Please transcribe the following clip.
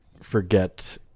forget